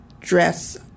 dress